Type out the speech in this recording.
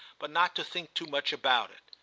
but not to think too much about it.